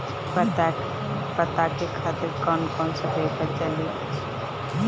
पता के खातिर कौन कौन सा पेपर चली?